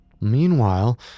Meanwhile